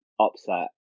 upset